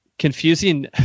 Confusing